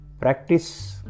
practice